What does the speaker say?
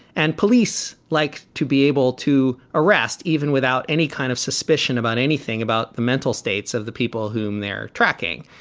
and police like to be able to arrest even without any kind of suspicion about anything about the mental states of the people whom they're tracking.